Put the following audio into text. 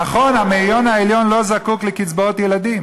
נכון, המאיון העליון לא זקוק לקצבאות ילדים,